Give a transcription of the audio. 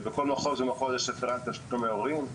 שבכל מחוז ומחוז יש רפרנט תשלומי הורים,